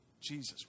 Jesus